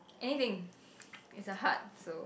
anything it's a hut so